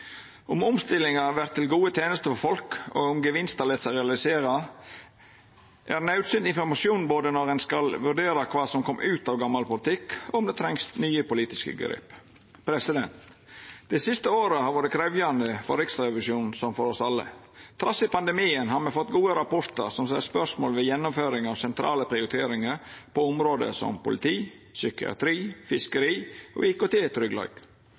Om omstillingar har vorte til gode tenester for folk, og om gevinstar har late seg realisera, er naudsynt informasjon både når ein skal vurdera kva som kom ut av gamal politikk, og om det trengst nye politiske grep. Det siste året har vore krevjande for Riksrevisjonen som for oss alle. Trass i pandemien har me fått gode rapportar som set spørsmål ved gjennomføringa av sentrale prioriteringar på område som politi, psykiatri, fiskeri og